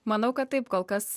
manau kad taip kol kas